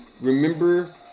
Remember